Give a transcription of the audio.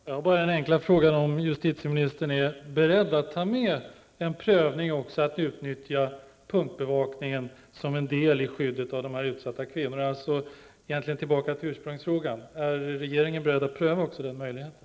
Fru talman! Jag har bara den enkla frågan om justitieministern är beredd att ta med en prövning att utnyttja punktbevakningen som en del av skyddet av dessa utsatta kvinnor. Vi kommer alltså egentligen tillbaka till ursprungsfrågan: Är regeringen beredd att pröva också den möjligheten?